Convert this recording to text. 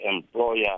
employer